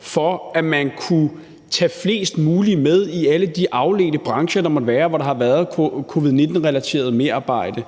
for, at man kunne tage flest mulige med fra alle de afledte brancher, der måtte være, og hvor der har været covid-19-relateret merarbejde,